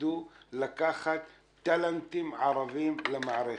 תפחדו לקחת טלנטים ערבים למערכת,